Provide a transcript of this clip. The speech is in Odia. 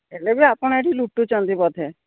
ହେଲେ ବି ଆପଣ ଏଇଠି ଲୁଟୁଛନ୍ତି ବୋଧେ